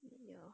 ya